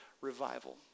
revival